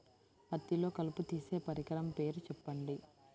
పత్తిలో కలుపు తీసే పరికరము పేరు చెప్పండి